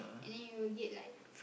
and then you'll get like